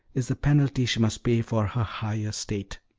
is the penalty she must pay for her higher state.